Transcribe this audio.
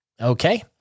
Okay